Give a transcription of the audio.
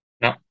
No